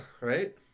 right